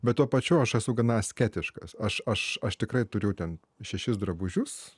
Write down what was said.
bet tuo pačiu aš esu gana asketiškas aš aš aš tikrai turiu ten šešis drabužius